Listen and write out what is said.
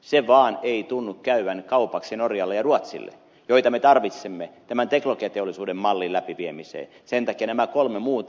se vaan ei tunnu käyvän kaupaksi norjalle ja ruotsille joita me tarvitsemme tämän teknologiateollisuuden mallin läpiviemiseen sen takia nämä kolme muuta